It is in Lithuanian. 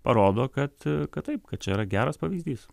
parodo kad kad taip kad čia yra geras pavyzdys